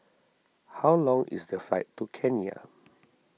how long is the flight to Kenya